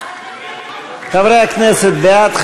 מימונם מתרומות של ישויות מדיניות זרות),